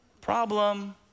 Problem